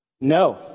No